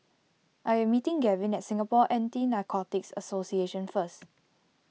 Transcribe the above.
I am meeting Gavyn at Singapore Anti Narcotics Association first